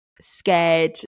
scared